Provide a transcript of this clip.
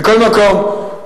מכל מקום,